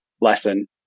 lesson